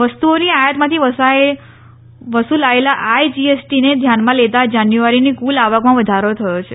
વસ્તુઓની આથાતમાંથી વસુલાયેલા આઇજીએસટીને ધ્યાનમાં લેતા જાન્યુઆરીની કુલ આવકમાં વધારો થયો છે